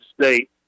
state